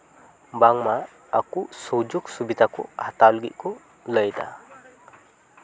ᱵᱟᱝᱢᱟ ᱟᱠᱚ ᱥᱩᱡᱳᱜ ᱥᱩᱵᱤᱫᱟ ᱠᱚ ᱦᱟᱛᱟᱣ ᱞᱟᱹᱜᱤᱫ ᱠᱚ ᱞᱟᱹᱭᱫᱟ